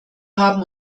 haben